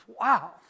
wow